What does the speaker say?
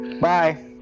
Bye